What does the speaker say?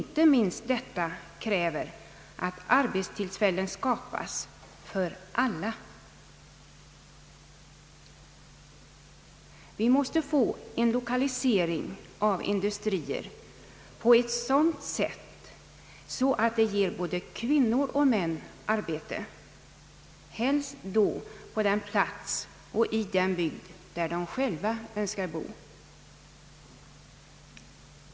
Inte minst detta kräver att arbetstillfällen skapas för alla. Vi måste få en lokalisering av industrier på ett sådant sätt att det ger både män och kvinnor arbete helst på den ort eller i den bygd där de själva önskar bo.